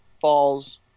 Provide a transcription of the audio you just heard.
Falls